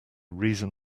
reason